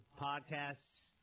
podcasts